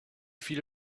feel